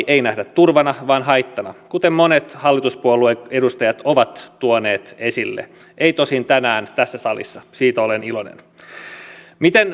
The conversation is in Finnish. ei nähdä turvana vaan haittana näin monet hallituspuolueen edustajat ovat tuoneet esille eivät tosin tänään tässä salissa siitä olen iloinen miten